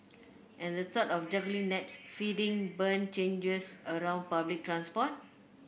and the thought of juggling naps feeding bum changes around public transport